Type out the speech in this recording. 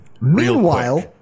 Meanwhile